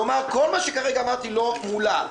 כלומר, כל מה שכרגע אמרתי לא מולא.